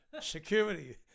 security